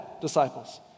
disciples